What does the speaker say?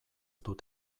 dut